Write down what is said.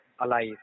alive